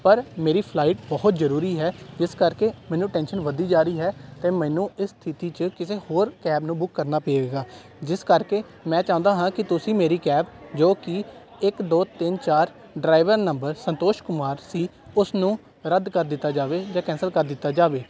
ਪਰ ਮੇਰੀ ਫਲਾਈਟ ਬਹੁਤ ਜ਼ਰੂਰੀ ਹੈ ਜਿਸ ਕਰਕੇ ਮੈਨੂੰ ਟੈਨਸ਼ਨ ਵੱਧਦੀ ਜਾ ਰਹੀ ਹੈ ਅਤੇ ਮੈਨੂੰ ਇਸ ਸਥਿਤੀ 'ਚ ਕਿਸੇ ਹੋਰ ਕੈਬ ਨੂੰ ਬੁੱਕ ਕਰਨਾ ਪਏਗਾ ਜਿਸ ਕਰਕੇ ਮੈਂ ਚਾਹੁੰਦਾ ਹਾਂ ਕਿ ਤੁਸੀਂ ਮੇਰੀ ਕੈਬ ਜੋ ਕਿ ਇੱਕ ਦੋ ਤਿੰਨ ਚਾਰ ਡਰਾਈਵਰ ਨੰਬਰ ਸੰਤੋਸ਼ ਕੁਮਾਰ ਸੀ ਉਸ ਨੂੰ ਰੱਦ ਕਰ ਦਿੱਤਾ ਜਾਵੇ ਜਾਂ ਕੈਂਸਲ ਕਰ ਦਿੱਤਾ ਜਾਵੇ